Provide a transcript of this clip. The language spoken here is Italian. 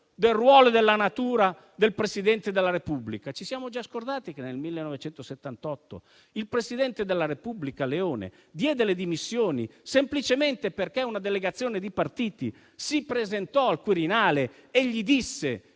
del ruolo e della natura del Presidente della Repubblica: ci siamo già scordati che nel 1978 il presidente della Repubblica Leone diede le dimissioni semplicemente perché una delegazione di partiti si presentò al Quirinale e gli disse